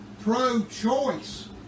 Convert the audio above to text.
pro-choice